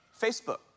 Facebook